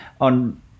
on